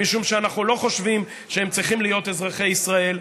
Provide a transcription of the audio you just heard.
משום שאנחנו לא חושבים שהם צריכים להיות אזרחי ישראל.